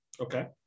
Okay